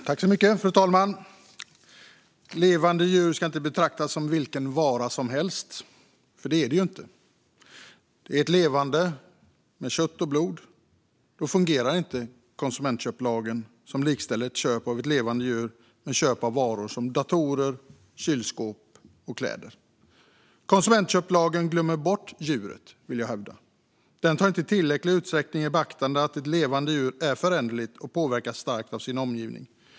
Fru talman! Levande djur inte ska betraktas som vilka varor som helst, för det är de inte. De är levande, med kött och blod. Då fungerar det inte att konsumentköplagen likställer ett köp av ett levande djur med köp av varor som datorer, kylskåp och kläder. Konsumentköplagen glömmer bort djuret, vill jag hävda. Den tar inte i tillräcklig utsträckning i beaktande att ett levande djur är föränderligt och påverkas starkt av sin omgivning.